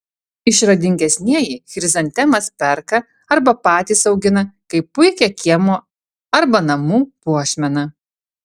išradingesnieji chrizantemas perka arba patys augina kaip puikią kiemo arba namų puošmeną